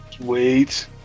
Wait